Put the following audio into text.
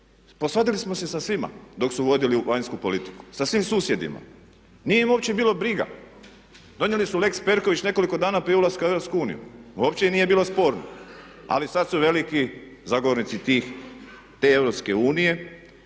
posvadili smo se sa svima dok su vodili vanjsku politiku, sa svim susjedima. Nije ih uopće bilo briga. Donijeli su lex Perković nekoliko dana prije ulaska u EU. Uopće im nije bilo sporno, ali sad su veliki zagovornici te EU,